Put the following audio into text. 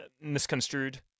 misconstrued